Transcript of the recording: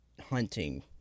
hunting